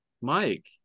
Mike